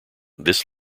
this